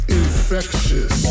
infectious